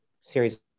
series